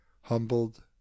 humbled